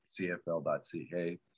cfl.ca